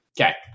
Okay